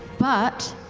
but